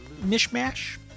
mishmash